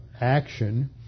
action